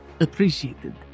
appreciated